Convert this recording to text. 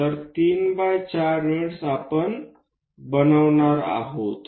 तर 3 by 4 unit आपण बांधणार आहोत